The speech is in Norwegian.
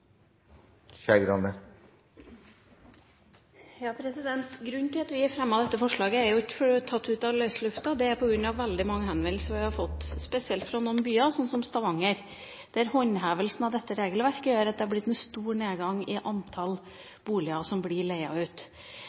Grunnen til at vi har fremmet dette forslaget – det er ikke tatt ut av løse lufta – er at vi har fått veldig mange henvendelser, spesielt fra noen byer, som Stavanger, der håndhevelsen av dette regelverket gjør at det har blitt en stor nedgang i antall boliger som blir leid ut.